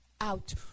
out